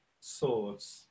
swords